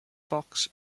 box